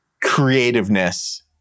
creativeness